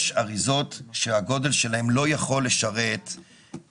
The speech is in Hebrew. יש אריזות שהגודל שלהן לא מאפשר להשתמש